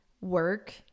work